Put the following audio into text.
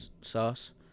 sauce